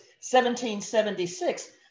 1776